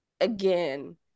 again